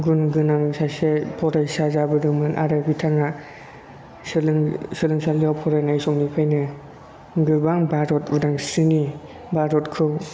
गुन गोनां सासे फरायसा जाबोदोंमोन आरो बिथाङा सोलों सोलोंसालियाव फरायनाय समनिफ्रायनो गोबां भारत उदांस्रिनि भारतखौ